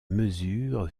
mesures